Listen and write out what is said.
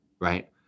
Right